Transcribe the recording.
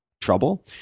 trouble